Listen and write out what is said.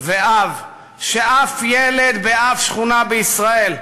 ואב שאף ילד באף שכונה בישראל,